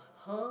her